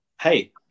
hey